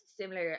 similar